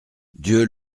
dieu